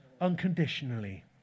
unconditionally